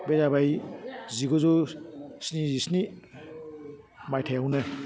बे जाबाय जिगुजौ स्नि जिस्नि मायथाइयावनो